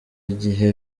igihe